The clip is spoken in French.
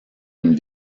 une